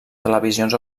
televisions